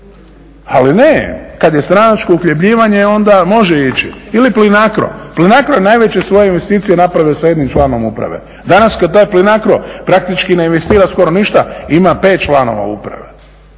Ali ne, kad je stranačko uhljebljivanje onda može ići. Ili Plinacro? Plinacro je najveće svoje investicije napravio sa jednim članom uprave. Danas kad taj Plinacro praktički ne investira skoro ništa ima pet članova uprave.